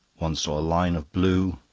one saw a line of blue,